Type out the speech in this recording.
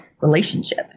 relationship